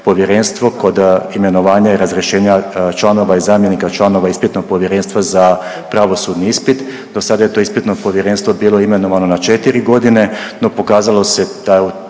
povjerenstvo kod imenovanja i razrješenja članova i zamjenika članova ispitnog povjerenstva za pravosudni ispit. Do sada je to ispitno povjerenstvo bilo imenovano na 4 godine, no pokazalo se da je